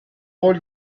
قول